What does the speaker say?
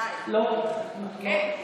אז